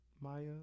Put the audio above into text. Maya